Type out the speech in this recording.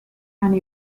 and